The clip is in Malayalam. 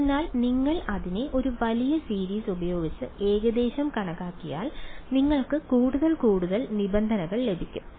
അതിനാൽ നിങ്ങൾ അതിനെ ഒരു വലിയ സീരീസ് ഉപയോഗിച്ച് ഏകദേശം കണക്കാക്കിയാൽ നിങ്ങൾക്ക് കൂടുതൽ കൂടുതൽ നിബന്ധനകൾ ലഭിക്കും